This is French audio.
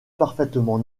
parfaitement